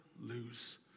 lose